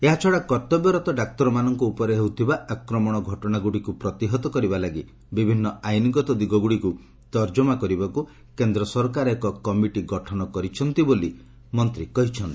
ଏହାଛଡ଼ା କର୍ତ୍ତବ୍ୟରତ ଡାକ୍ତରମାନଙ୍କ ଉପରେ ହେଉଥିବା ଆକ୍ରମଣ ଘଟଣାଗୁଡ଼ିକୁ ପ୍ରତିହତ କରିବା ଲାଗି ବିଭିନ୍ନ ଆଇନଗତ ଦିଗଗୁଡ଼ିକୁ ତର୍ଜମା କରିବାକୁ କେନ୍ଦ୍ର ସରକାର ଏକ କମିଟି ଗଠନ କରିଛନ୍ତି ବୋଲି ମନ୍ତ୍ରୀ ଶ୍ରୀ ଚୌବେ କହିଚ୍ଛନ୍ତି